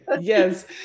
Yes